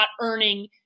earning